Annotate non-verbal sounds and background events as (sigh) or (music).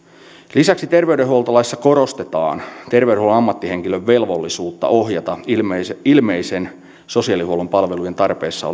lisäksi terveydenhuoltolaissa korostetaan terveydenhuollon ammattihenkilön velvollisuutta ohjata ilmeisessä ilmeisessä sosiaalihuollon palvelujen tarpeessa (unintelligible)